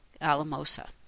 Alamosa